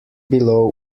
below